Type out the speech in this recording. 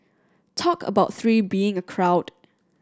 talk about three being a crowd